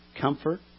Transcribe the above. Comfort